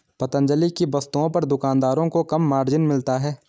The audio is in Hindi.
पतंजलि की वस्तुओं पर दुकानदारों को कम मार्जिन मिलता है